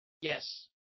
Yes